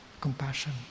compassion